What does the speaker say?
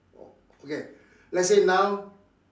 okay let's say now